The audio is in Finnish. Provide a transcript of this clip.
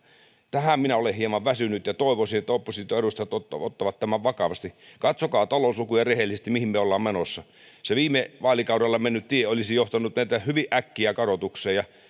tähän minä olen hieman väsynyt ja toivoisin että opposition edustajat ottavat tämän vakavasti katsokaa talouslukuja rehellisesti mihin me olemme menossa se viime vaalikaudella mennyt tie olisi johtanut hyvin äkkiä kadotukseen ja